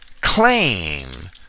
claim